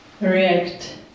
react